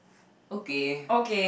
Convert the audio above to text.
okay